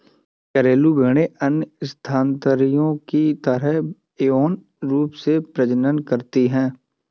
घरेलू भेड़ें अन्य स्तनधारियों की तरह यौन रूप से प्रजनन करती हैं